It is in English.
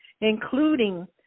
including